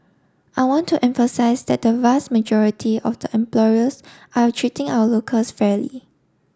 I want to emphasise that the vast majority of the employers are treating our locals fairly